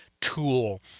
tool